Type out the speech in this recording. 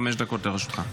חמש דקות לרשותך.